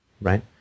right